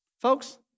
Folks